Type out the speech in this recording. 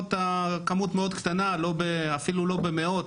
בסביבות הכמות המאוד קטנה, אפילו לא במאות,